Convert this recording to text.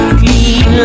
clean